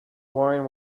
wine